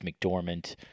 McDormand